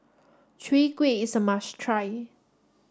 Chwee Kueh is a must try